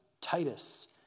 Titus